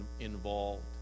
involved